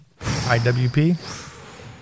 IWP